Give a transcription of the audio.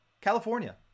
california